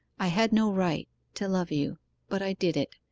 i had no right to love you but i did it.